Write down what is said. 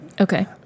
Okay